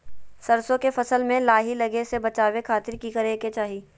सरसों के फसल में लाही लगे से बचावे खातिर की करे के चाही?